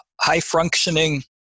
high-functioning